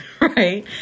right